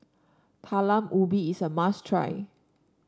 Talam Ubi is a must try